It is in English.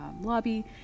lobby